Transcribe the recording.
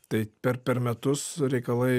tai per per metus reikalai